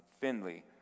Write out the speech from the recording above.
Finley